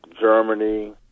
Germany